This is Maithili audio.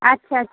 अच्छा